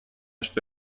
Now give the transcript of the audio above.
что